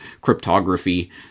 cryptography